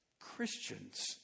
Christians